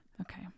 Okay